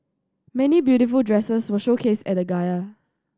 many beautiful dresses were showcased at the gala